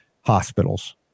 hospitals